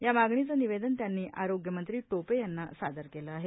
या मागणीचं निवेदन त्यांनी आरोग्यमंत्री टोपे यांना सादर केलं आहे